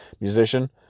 musician